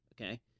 okay